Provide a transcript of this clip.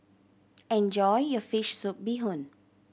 enjoy your fish soup bee hoon